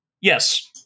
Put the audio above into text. Yes